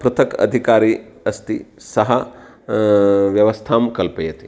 पृथक् अधिकारी अस्ति सः व्यवस्थां कल्पयति